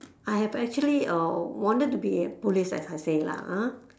I have actually uh wanted to be a police as I said lah ha